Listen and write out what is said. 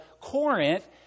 Corinth